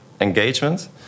engagement